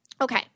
Okay